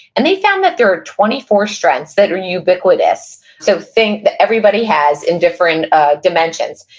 and they found that there are twenty four strengths that are ubiquitous. so things that everybody has in different ah dimensions,